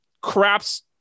craps